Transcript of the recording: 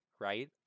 right